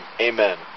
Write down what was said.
amen